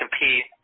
compete